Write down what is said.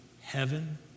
heaven